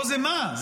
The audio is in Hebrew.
פה זו עלילה